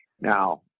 Now